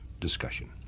discussion